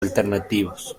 alternativos